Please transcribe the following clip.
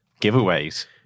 giveaways